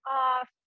off